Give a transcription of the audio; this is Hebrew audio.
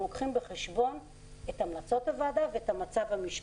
לוקחים בחשבון את המלצות הוועדה ואת המצב המשפטי.